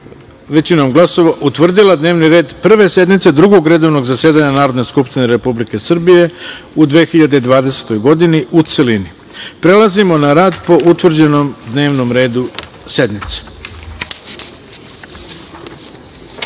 većinom glasova utvrdila dnevni red Prve sednice Drugog redovnog zasedanja Narodne skupštine u 2020. godini, u celini. Prelazimo na rad po utvrđenom dnevnom redu sednice.D